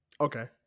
Okay